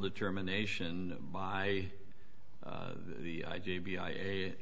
determination by the i d b i am